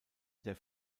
der